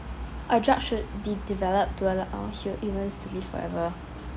a drug should be developed to allow hu~ humans to live forever